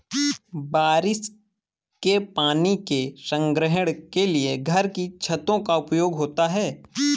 बारिश के पानी के संग्रहण के लिए घर की छतों का उपयोग होता है